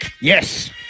Yes